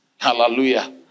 Hallelujah